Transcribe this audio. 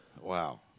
Wow